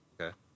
Okay